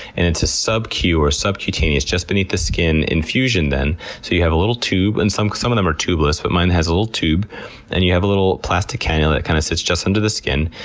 and it's a subcutaneous subcutaneous just beneath the skin infusion then. so you have a little tube and some some of them are tubeless but mine has a little tube and you have a little plastic canula that kind of sits just under the skin.